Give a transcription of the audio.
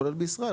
כולל בישראל,